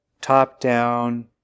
top-down